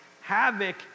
havoc